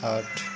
आठ